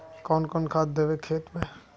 कौन कौन खाद देवे खेत में?